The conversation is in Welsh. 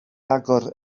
agor